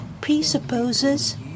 presupposes